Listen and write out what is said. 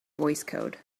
voicecode